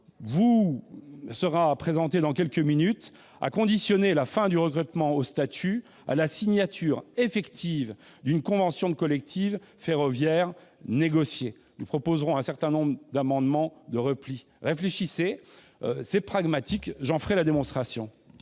vous sera présentée dans quelques minutes : nous entendons conditionner la fin du recrutement au statut à la signature effective d'une convention collective ferroviaire négociée. Nous proposerons un certain nombre d'amendements de repli. Réfléchissez : c'est pragmatique, j'en ferai la démonstration.